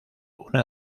una